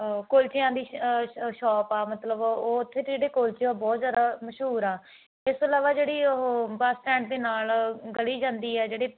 ਕੁਲਚਿਆਂ ਦੀ ਸ਼ੋਪ ਆ ਮਤਲਬ ਉਹ ਉੱਥੇ ਜਿਹੜੇ ਕੁਲਚੇ ਆ ਉਹ ਬਹੁਤ ਜ਼ਿਆਦਾ ਮਸ਼ਹੂਰ ਆ ਇਸ ਤੋਂ ਇਲਾਵਾ ਜਿਹੜੀ ਉਹ ਬੱਸ ਸਟੈਂਡ ਦੇ ਨਾਲ ਗਲੀ ਜਾਂਦੀ ਹੈ ਜਿਹੜੀ